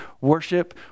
worship